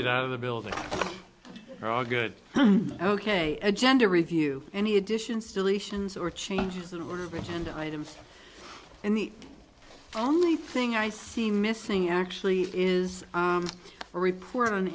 get out of the building there are good ok agenda review any additions deletions or changes in order to send items and the only thing i see missing actually is a report on